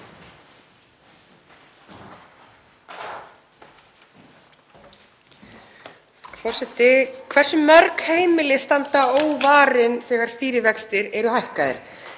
Hversu mörg heimili standa óvarin þegar stýrivextir eru hækkaðir?